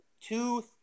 two